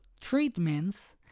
treatments